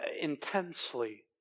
intensely